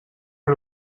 per